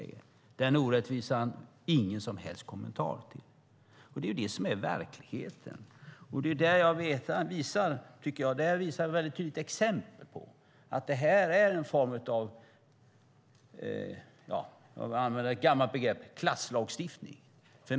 Den orättvisan gavs det ingen kommentar till. Det är det som är verkligheten. Det är ett tydligt exempel på en form av, för att använda ett gammalt begrepp, klasslagstiftning.